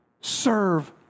Serve